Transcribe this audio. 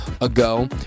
ago